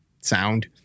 sound